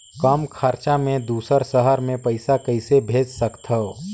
कम खरचा मे दुसर शहर मे पईसा कइसे भेज सकथव?